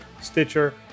stitcher